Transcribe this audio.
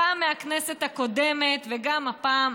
גם בכנסת הקודמת וגם הפעם,